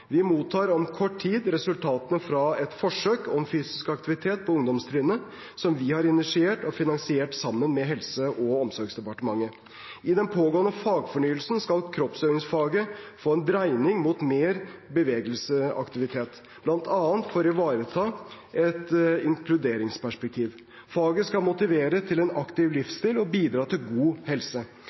Vi mottar om kort tid resultatene fra et forsøk om fysisk aktivitet på ungdomstrinnet som vi har initiert og finansiert sammen med Helse- og omsorgsdepartementet. I den pågående fagfornyelsen skal kroppsøvingsfaget få en dreining mot mer bevegelsesaktivitet, bl.a. for å ivareta et inkluderingsperspektiv. Faget skal motivere til en aktiv livsstil og bidra til god helse.